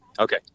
Okay